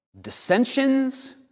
dissensions